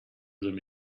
them